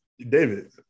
david